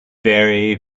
very